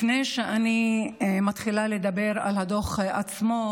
לפני שאני מתחילה לדבר על הדוח עצמו,